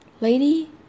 lady